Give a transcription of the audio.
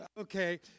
Okay